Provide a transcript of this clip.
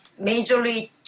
majorly